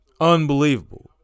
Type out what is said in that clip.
Unbelievable